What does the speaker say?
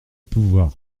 pouvoir